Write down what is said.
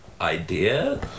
idea